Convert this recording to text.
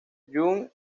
young